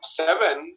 seven